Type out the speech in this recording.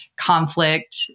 conflict